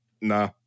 nah